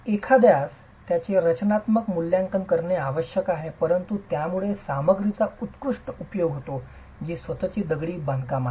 एखाद्यास त्यांचे रचनात्मक मूल्यांकन करणे आवश्यक आहे परंतु यामुळे सामग्रीचा उत्कृष्ट उपयोग होतो जी स्वत ची दगडी बांधकाम आहे